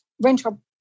rental